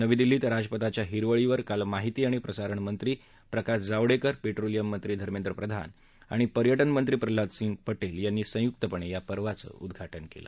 नवी दिल्लीत राजपथाच्या हिरवळीवर काल माहिती आणि प्रसारण मंत्री प्रकाश जावडेकर पेट्रोलियम मंत्री धर्मेंद्र पधान आणि पर्यटन मंत्री प्रल्हाद सिंग पटेल यांना संयुक्तपणे या पर्वाचं उद्दाटन केलं